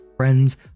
friends